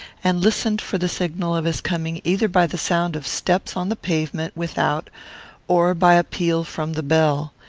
and listened for the signal of his coming, either by the sound of steps on the pavement without or by a peal from the bell.